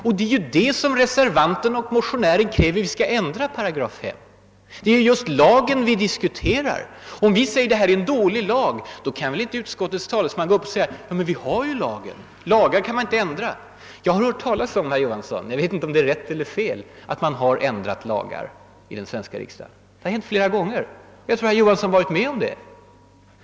Och vad reservanterna och motionärerna kräver är ju att vi skall ändra § 5. Det är ju just lagen vi diskuterar. Om vi reservanter säger att detta är en dålig lag kan väl inte utskottets talesman säga: Men vi har ju lagen; lagar kan man inte ändra. Jag har hört talas om, herr Johansson — jag vet inte om det är rätt eller fel — att man har ändrat lagar i den svenska riksdagen. Det har hänt flera gånger. Jag tror herr Jo hansson varit med om det.